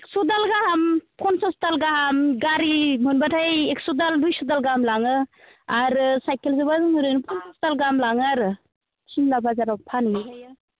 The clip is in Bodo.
एकस' दाल गाहाम पन्सास दाल गाहाम गारि मोनब्लाथाय एकस' दाल दुइस' दाल गाहाम लाङो आरो साइकेलजोंब्ला जों ओरैनो पन्सास दाल गाहाम लाङो आरो सिमला बाजाराव फानहैबाय थायो